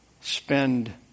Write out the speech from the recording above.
spend